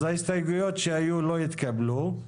אז ההסתייגויות שהיו לא התקבלו,